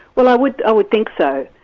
well i would i would think so.